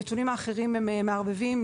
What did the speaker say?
הנתונים האחרים מעורבבים,